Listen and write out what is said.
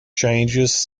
changes